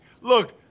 Look